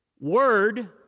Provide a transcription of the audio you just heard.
word